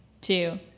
two